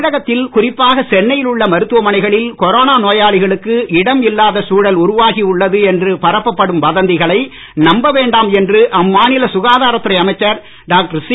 தமிழகத்தில் குறிப்பாக சென்னையில் உள்ள மருத்துவமனைகளில் கொரோனா நோயாளிகளுக்கு இடம் இல்லாத சூழல் உருவாகி உள்ளது என்று பரப்பப்படும் வதந்திகளை நம்ப வேண்டாம் என்று அம்மாநில சுகாதாரத் துறை அமைச்சர் டாக்டர் சி